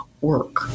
work